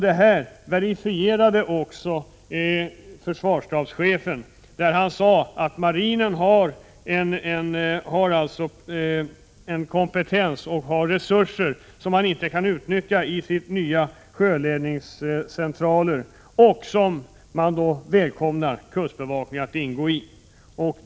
Det har verifierats också av försvarsstabschefen, när han sade att marinen har en kompetens och resurser som man inte kan utnyttja i de nya sjöledningscentralerna och som man välkomnar kustbevakningen att ingå i.